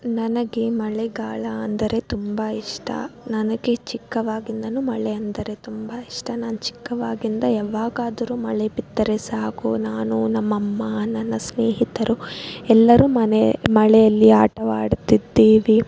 ನನಗೆ ಮಳೆಗಾಲ ಅಂದರೆ ತುಂಬ ಇಷ್ಟ ನನಗೆ ಚಿಕ್ಕವಾಗಿಂದ ಮಳೆ ಅಂದರೆ ತುಂಬ ಇಷ್ಟ ನಾನು ಚಿಕ್ಕವಾಗಿಂದ ಯಾವಾಗಾದರು ಮಳೆ ಬಿದ್ದರೆ ಸಾಕು ನಾನು ನಮ್ಮಅಮ್ಮ ನನ್ನ ಸ್ನೇಹಿತರು ಎಲ್ಲರೂ ಮನೆ ಮಳೆಯಲ್ಲಿ ಆಟವಾಡುತ್ತಿದ್ದೀವಿ